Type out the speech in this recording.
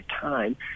time